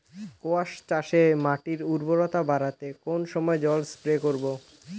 কোয়াস চাষে মাটির উর্বরতা বাড়াতে কোন সময় জল স্প্রে করব?